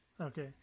Okay